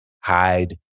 hide